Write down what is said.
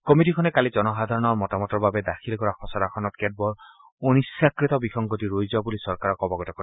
কমিটীখনে কালি জনসাধাৰণৰ মতামতৰ বাবে দাখিল কৰা খচৰাখনত কেতবোৰ অনিচ্ছাকৃত বিসংগতি ৰৈ যোৱা বুলি চৰকাৰক অৱগত কৰে